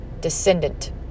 descendant